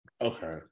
Okay